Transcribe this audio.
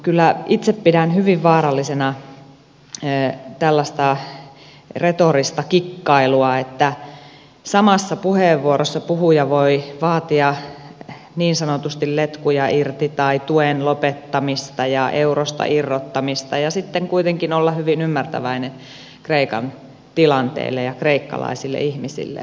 kyllä itse pidän hyvin vaarallisena tällaista retorista kikkailua että samassa puheenvuorossa puhuja voi vaatia niin sanotusti letkuja irti tai tuen lopettamista ja eurosta irrottamista ja sitten kuitenkin olla hyvin ymmärtäväinen kreikan tilanteelle ja kreikkalaisille ihmisille